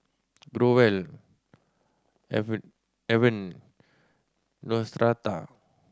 Growell Avene Neostrata